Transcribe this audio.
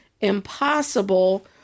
impossible